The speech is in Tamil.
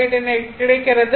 08 எனக் கிடைக்கிறது